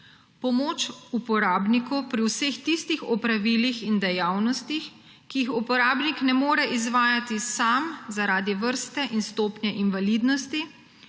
pomoč uporabniku pri vseh tistih opravilih in dejavnostih, ki jih uporabnik ne more izvajati sam zaradi vrste in stopnje invalidnosti,